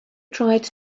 tried